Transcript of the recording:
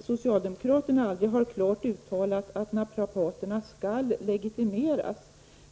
Socialdemokraterna har aldrig klart uttalat att naprapaterna bör få legitimation.